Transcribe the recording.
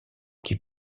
qui